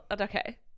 Okay